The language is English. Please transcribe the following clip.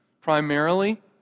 primarily